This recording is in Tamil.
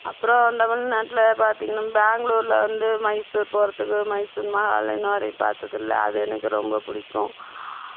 அப்புறம் தமிழ்நாட்டில் பார்த்தீங்கன்னா பெங்களூர்ல வந்து மைசூர் போறதுக்கு மைசூர் மஹாலை இன்னவரையும் பார்த்ததில்ல அது எனக்கு ரொம்ப பிடிக்கும்